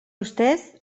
ustez